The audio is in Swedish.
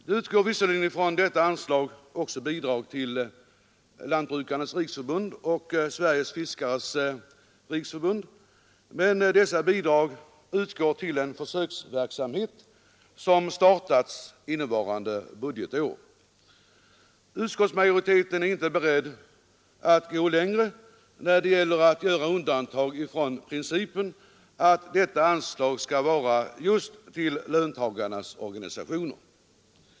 Det utgår visserligen från detta anslag också bidrag till Lantbrukarnas riksförbund och Sveriges fiskares riksförbund, men dessa bidrag utgår till en försöksverksamhet som startats under innevarande budgetår. Utskottsmajoriteten är inte beredd att gå längre när det gäller att göra undantag från principerna att detta anslag skall gälla just löntagarnas organisation.